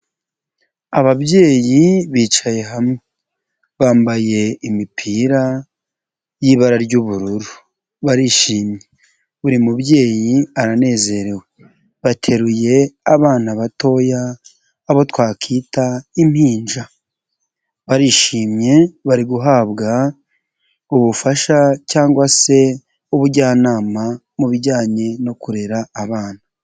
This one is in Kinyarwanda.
Ababyeyi bicaye hamwe bambaye imipira y'ibara ry'ubururu, barishimye buri mubyeyi aranezerewe, bateruye abana batoya abo twakita impinja, barishimye bari guhabwa ubufasha cyangwa se ubujyanama mu bijyanye no kurera abana.